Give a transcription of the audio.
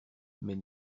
mais